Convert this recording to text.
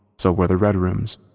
so were the red rooms.